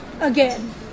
again